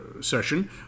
session